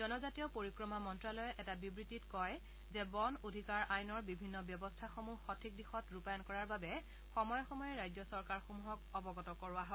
জনজাতীয় পৰিক্ৰমা মন্ত্যালয়ে এটা বিবৃতিত কয় যে বন অধিকাৰ আইনৰ বিভিন্ন ব্যৱস্থাসমূহ সঠিক দিশত ৰূপায়ণ কৰাৰ বাবে সময়ে সময়ে ৰাজ্য চৰকাৰসমূহক অৱগত কৰোৱা হয়